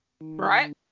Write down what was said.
right